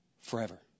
Forever